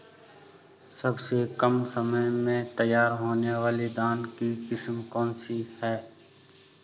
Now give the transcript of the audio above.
सबसे कम समय में तैयार होने वाली धान की किस्म कौन सी है?